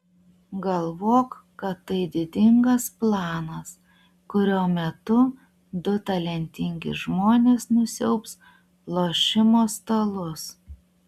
galvok kad tai didingas planas kurio metu du talentingi žmonės nusiaubs lošimo stalus